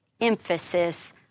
emphasis